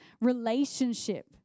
relationship